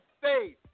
faith